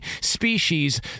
species